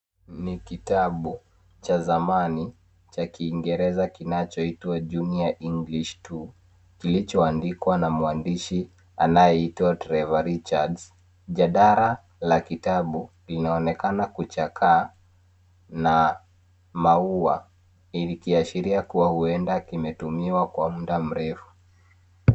Ni kitabu cha zamani cha kingereza kinachoitwa junior English two. Kilochoandikwa na mwandishi anayeitwa Trevor Richards .Jadara la kitabu linaonekana kuchakaa na maua, likiashiria kuwa huenda kimetumiwa kwa muda mrefu .